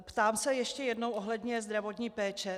Ptám se ještě jednou ohledně zdravotní péče.